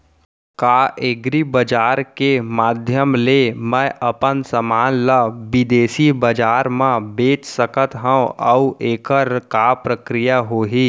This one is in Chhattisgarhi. का एग्रीबजार के माधयम ले मैं अपन समान ला बिदेसी बजार मा बेच सकत हव अऊ एखर का प्रक्रिया होही?